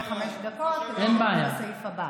אם ככה, אז אפשר גם יותר מחמש דקות, לסעיף הבא.